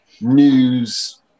news